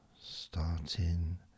Starting